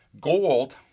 gold